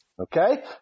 Okay